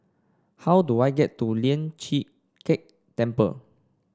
how do I get to Lian Chee Kek Temple